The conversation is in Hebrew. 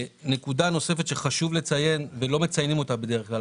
נקודה נוספת שחשוב לציין ולא מציינים אותה בדרך כלל,